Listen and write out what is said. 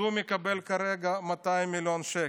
אז הוא מקבל כרגע 200 מיליון שקל.